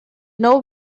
know